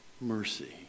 mercy